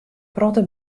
protte